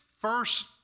first